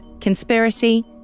Conspiracy